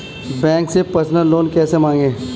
Bank से personal loan कैसे मांगें?